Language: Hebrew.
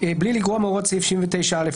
בלי לגרוע מהוראות סעיף 79א,